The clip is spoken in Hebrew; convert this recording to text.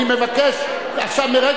חבר הכנסת גילאון, אני מבקש.